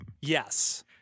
Yes